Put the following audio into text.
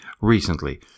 recently